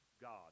God